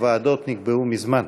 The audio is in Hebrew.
והוועדות נקבעו מזמן.